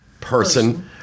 person